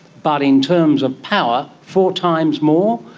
but in terms of power, four times more,